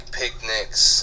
picnics